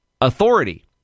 authority